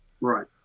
Right